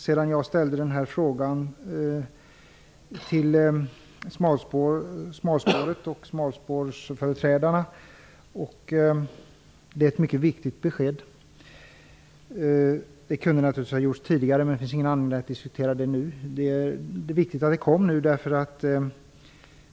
Sedan jag ställde frågan har företrädarna för smalspåret fått utbetalningen. Det är ett mycket viktigt besked. Det kunde naturligtvis ha kommit tidigare, men det finns ingen anledning att diskutera det nu. Det var viktigt att det kom nu.